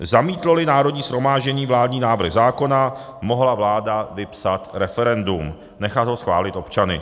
Zamítloli Národní shromáždění vládní návrh zákona, mohla vláda vypsat referendum, nechat ho schválil občany.